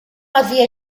havia